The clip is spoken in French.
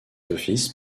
office